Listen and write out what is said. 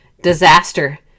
disaster